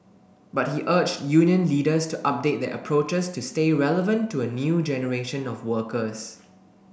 but he urged union leaders to update their approaches to stay relevant to a new generation of workers